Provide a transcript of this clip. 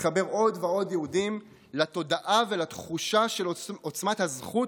לחבר עוד ועוד יהודים לתודעה ולתחושה של עוצמת הזכות